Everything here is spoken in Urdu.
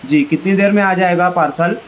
جی کتنی دیر میں آجائے گا پارسل